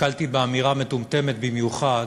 נתקלתי באמירה מטומטמת במיוחד,